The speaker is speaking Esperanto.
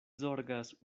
zorgas